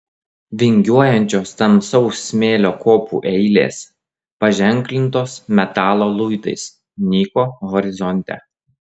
vingiuojančios tamsaus smėlio kopų eilės paženklintos metalo luitais nyko horizonte